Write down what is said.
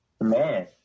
Man